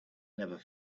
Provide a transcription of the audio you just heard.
never